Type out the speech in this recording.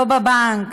לא בבנק,